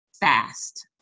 fast